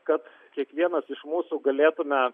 kad kiekvienas iš mūsų galėtume